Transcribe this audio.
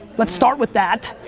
let's start with that,